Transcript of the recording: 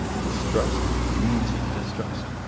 distrust breeds distrust.